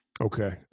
Okay